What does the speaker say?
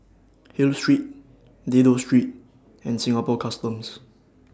Hill Street Dido Street and Singapore Customs